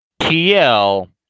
TL